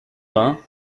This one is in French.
vingt